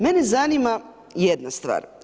Mene zanima jedna stvar.